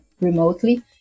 remotely